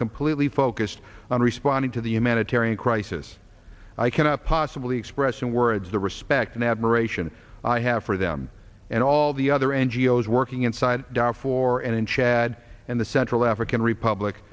completely focused on responding to the humanitarian crisis i cannot possibly express in words the respect and admiration i have for them and all the other n g o s working inside darfur and in chad and the central african republic